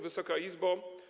Wysoka Izbo!